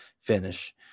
finish